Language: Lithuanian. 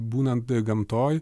būnant gamtoj